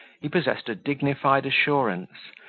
he possessed a dignified assurance,